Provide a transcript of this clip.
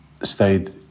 stayed